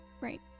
right